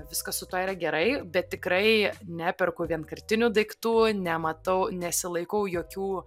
viskas su tuo yra gerai bet tikrai neperku vienkartinių daiktų nematau nesilaikau jokių